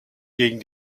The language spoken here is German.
gegen